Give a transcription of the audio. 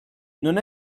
non